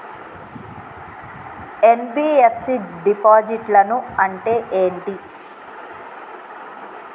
NBFC డిపాజిట్లను అంటే ఏంటి?